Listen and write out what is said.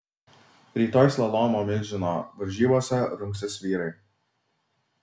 rytoj slalomo milžino varžybose rungsis vyrai